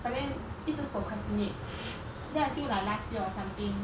but then 一直 procrastinate then until last year or something